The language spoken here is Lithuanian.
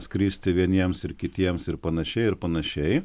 skristi vieniems ir kitiems ir panašiai ir panašiai